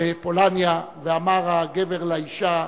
בפולניה, ואמר הגבר לאשה: